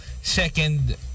Second